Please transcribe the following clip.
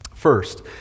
First